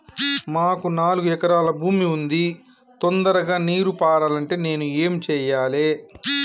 మాకు నాలుగు ఎకరాల భూమి ఉంది, తొందరగా నీరు పారాలంటే నేను ఏం చెయ్యాలే?